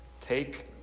Take